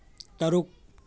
ꯇꯔꯨꯛ